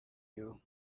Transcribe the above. you